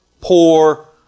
poor